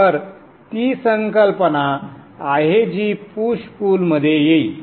तर ती संकल्पना आहे जी पुश पुलमध्ये येईल